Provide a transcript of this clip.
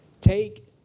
take